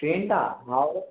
ট্রেনটা হাওড়া